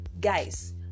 Guys